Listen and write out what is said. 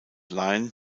lyon